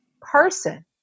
person